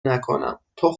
نکنم، تو